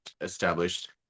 established